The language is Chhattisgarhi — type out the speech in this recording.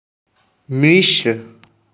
मिश्र खेती मा कोन कोन प्रकार के फसल ले सकत हन?